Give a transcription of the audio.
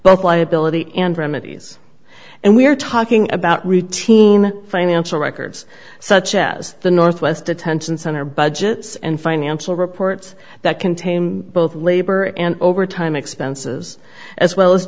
both liability and remedies and we are talking about reteam financial records such as the northwest detention center budgets and financial reports that contain both labor and overtime expenses as well as